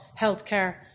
healthcare